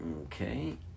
Okay